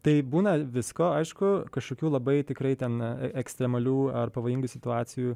taip būna visko aišku kažkokių labai tikrai ten ekstremalių ar pavojingų situacijų